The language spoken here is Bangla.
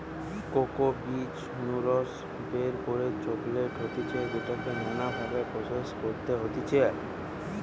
কোকো বীজ নু রস বের করে চকলেট হতিছে যেটাকে নানা ভাবে প্রসেস করতে হতিছে